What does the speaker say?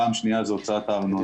פעם שנייה זו הוצאת הארנונה.